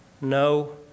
No